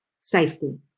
safety